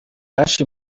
cash